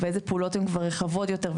ואיזה פעולות את רחבות יותר,